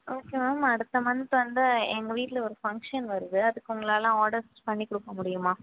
okay ma'am அடுத்த month வந்து எங்கள் வீட்டில் ஒரு ஃபங்க்ஷன் வருது அதுக்கு உங்களால் ஆர்டர்ஸ் பண்ணி கொடுக்க முடியுமா